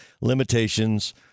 Limitations